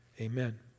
Amen